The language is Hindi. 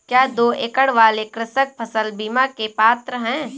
क्या दो एकड़ वाले कृषक फसल बीमा के पात्र हैं?